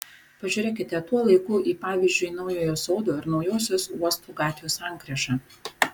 pažiūrėkite tuo laiku į pavyzdžiui naujojo sodo ir naujosios uosto gatvių sankryžą